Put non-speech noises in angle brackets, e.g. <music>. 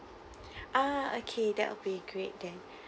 <breath> ah okay that will be great then